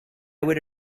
would